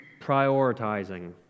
prioritizing